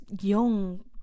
young